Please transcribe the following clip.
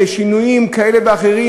לשינויים כאלה ואחרים,